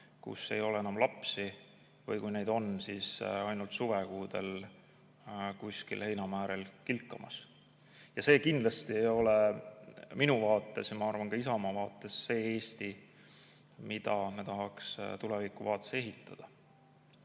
kus ei ole enam lapsi, või kui neid on, siis ainult suvekuudel kuskil heinamaaäärel kilkamas. See kindlasti ei ole minu vaates ja ma arvan, et ka Isamaa vaates, see Eesti, mida me tahaks tulevikuvaates ehitada.